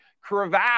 crevasse